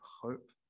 hope